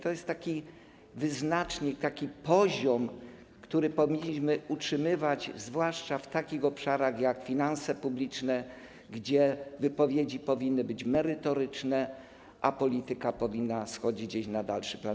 To jest taki wyznacznik, taki poziom, który powinniśmy utrzymywać, zwłaszcza w takich obszarach jak finanse publiczne, gdzie wypowiedzi powinny być merytoryczne, a polityka powinna schodzić gdzieś na dalszy plan.